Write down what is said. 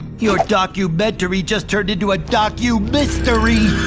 your documentary just turned into a docu-mystery.